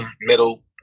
middle